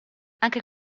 anche